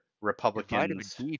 Republicans